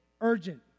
urgent